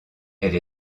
elle